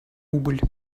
убыль